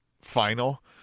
final